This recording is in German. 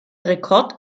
rekord